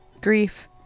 grief